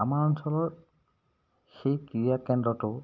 আমাৰ অঞ্চলৰ সেই ক্ৰীড়া কেন্দ্ৰটো